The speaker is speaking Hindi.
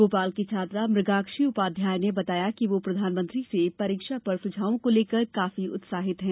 भोपाल की छात्रा मुगाग्क्षी उपाध्याय ने बताया कि वो प्रधानमंत्री से परीक्षा पर सुझावों को लेकर काफी उत्साहित है